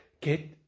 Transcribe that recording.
get